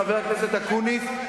חבר הכנסת אקוניס,